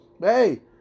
Hey